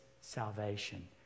salvation